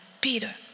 Peter